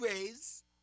ways